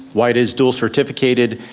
why it is dual-certificated,